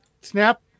Snap